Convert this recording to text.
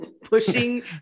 pushing